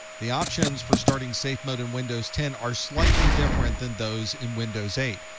the options for starting safe mode in windows ten are slightly different than those in windows eight.